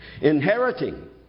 Inheriting